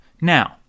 Now